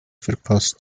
verpasste